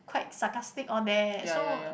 quite sarcastic all that so